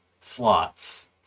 slots